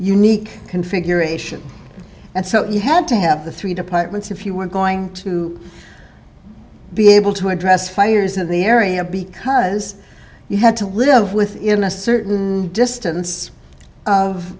unique configuration and so you had to have the three departments if you were going to be able to address fires in the area because you had to live within a certain distance of